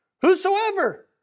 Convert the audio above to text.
Whosoever